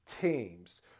teams